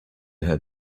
her